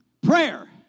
Prayer